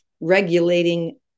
regulating